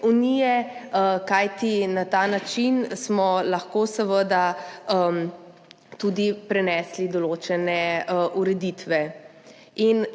unije, kajti na ta način smo lahko seveda tudi prenesli določene ureditve.